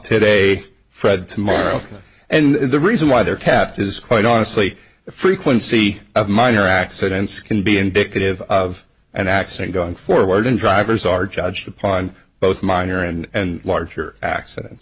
today fred tomorrow and the reason why they are kept is quite honestly the frequency of minor accidents can be indicative of an accident going forward and drivers are judged upon both minor and larger accidents